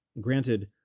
Granted